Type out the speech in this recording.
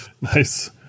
Nice